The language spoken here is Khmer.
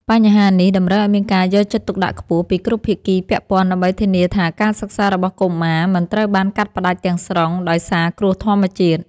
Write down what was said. បញ្ហានេះតម្រូវឱ្យមានការយកចិត្តទុកដាក់ខ្ពស់ពីគ្រប់ភាគីពាក់ព័ន្ធ ដើម្បីធានាថាការសិក្សារបស់កុមារមិនត្រូវបានកាត់ផ្ដាច់ទាំងស្រុងដោយសារគ្រោះធម្មជាតិ។